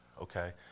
Okay